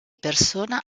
persona